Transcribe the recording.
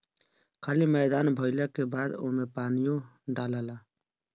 खाली मैदान भइला के बाद ओमे पानीओ डलाला